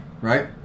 right